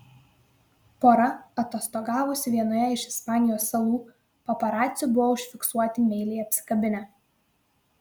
pora atostogavusi vienoje iš ispanijos salų paparacių buvo užfiksuoti meiliai apsikabinę